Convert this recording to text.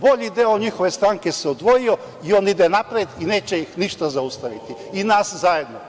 Bolji deo njihove stranke se odvojio i on ide napred i neće ih ništa zaustaviti, ni nas zajedno.